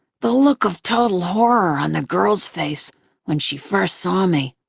the look of total horror on the girl's face when she first saw me.